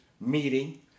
meeting